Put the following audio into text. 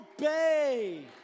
obey